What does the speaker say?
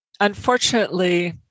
unfortunately